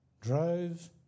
Drove